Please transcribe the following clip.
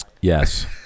Yes